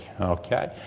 okay